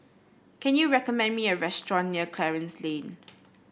can you recommend me a restaurant near Clarence Lane